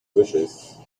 wishes